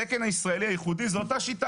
התקן הישראלי הייחודי - זאת אותה שיטה